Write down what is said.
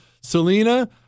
Selena